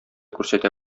күрсәтә